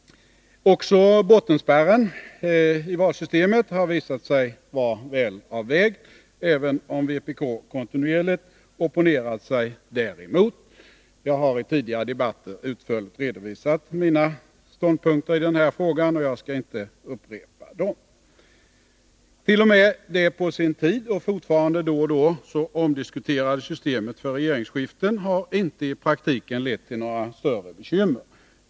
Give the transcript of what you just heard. Också bottenspärren i valsystemet har visat sig vara väl avvägd, även om vpk kontinuerligt opponerat sig däremot. Jag har i tidigare debatter utförligt redovisat mina ståndpunkter i den här frågan, och jag skall inte upprepa dem. T. o. m. det på sin tid — och fortfarande då och då — så omdiskuterade systemet för regeringsskiften har i praktiken inte lett till några större bekymmer.